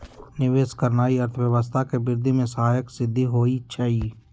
निवेश करनाइ अर्थव्यवस्था के वृद्धि में सहायक सिद्ध होइ छइ